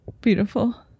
Beautiful